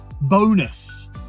bonus